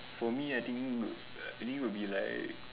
for me I think I think would be like